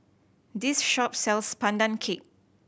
this shop sells Pandan Cake